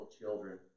children